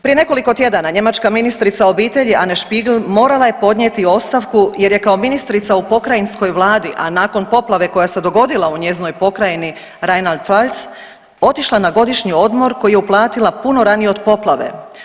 Prije nekoliko tjedana njemačka ministrica obitelji Ane Spiegel morala podnijeti ostavku jer je kao ministrica u pokrajinskoj vladi, a nakon poplave koja se dogodila u njezinoj pokrajini Rajna … otišla na godišnji odmor koji je uplatila puno ranije od poplave.